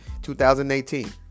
2018